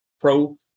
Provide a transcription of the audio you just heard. Pro